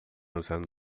usando